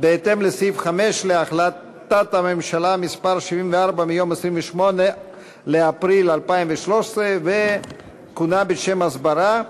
בהתאם לסעיף 5 להחלטת הממשלה מס' 74 מ-28 באפריל 2013 וכונה בשם הסברה,